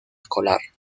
escolar